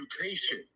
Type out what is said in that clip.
mutation